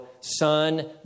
son